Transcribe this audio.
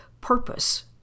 purpose